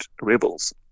rebels